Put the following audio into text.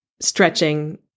stretching